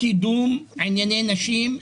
מקדמת ענייני נשים,